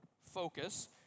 focus